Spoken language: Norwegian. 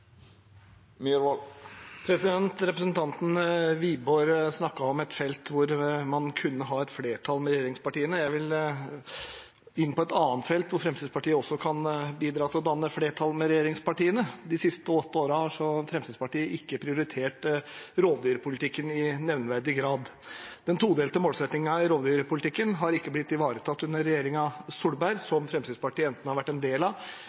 Representanten Wiborg snakket om et felt der man kunne ha et flertall med regjeringspartiene. Jeg vil inn på et annet felt der Fremskrittspartiet kan bidra til å danne flertall med regjeringspartiene. De siste årene har Fremskrittspartiet ikke prioritert rovdyrpolitikken i nevneverdig grad. Den todelte målsettingen i rovdyrpolitikken har ikke blitt ivaretatt under regjeringen Solberg, som Fremskrittspartiet enten har vært en del av